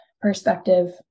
perspective